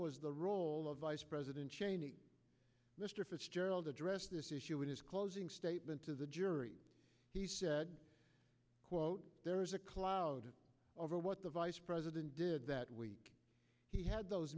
was the role of vice president cheney mr fitzgerald addressed this issue in his closing statement to the jury he said quote there is a cloud over what the vice president did that week he had those